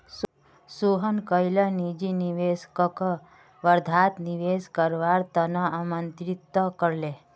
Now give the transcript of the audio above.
सोहन कईल निजी निवेशकक वर्धात निवेश करवार त न आमंत्रित कर ले